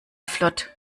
flott